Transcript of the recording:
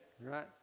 Right